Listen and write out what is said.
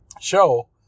show